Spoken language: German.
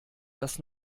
das